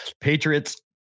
Patriots